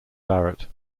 barrett